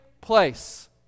place